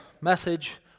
message